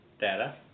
Data